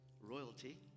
royalty